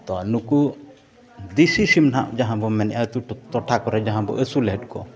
ᱛᱚ ᱱᱩᱠᱩ ᱫᱮᱹᱥᱤ ᱥᱤᱢ ᱦᱟᱸᱜ ᱡᱟᱦᱟᱸ ᱵᱚᱱ ᱢᱮᱱᱮᱫᱼᱟ ᱟᱹᱛᱩ ᱴᱚᱴᱷᱟ ᱠᱚᱨᱮ ᱡᱟᱦᱟᱸ ᱵᱚᱱ ᱟᱹᱥᱩᱞᱮᱫ ᱠᱚ